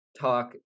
talk